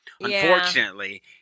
Unfortunately